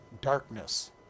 darkness